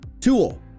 tool